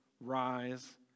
rise